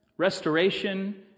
restoration